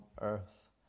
earth